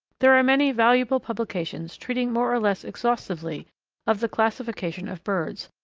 there are many valuable publications treating more or less exhaustively of the classification of birds,